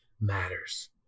matters